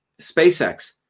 SpaceX